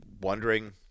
wondering